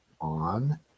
on